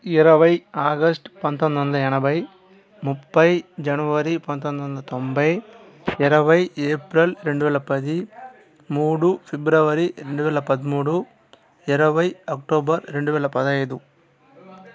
ఇరవై ఆగస్ట్ పంతొమ్మిది వందల ఎనభై ముప్పై జనవరి పంతొమ్మిది వందల తొంభై ఇరవై ఏప్రిల్ రెండు వేల పది మూడు ఫిబ్రవరి రెండు వేల పదమూడు ఇరవై అక్టోబర్ రెండు వేల పదహైదు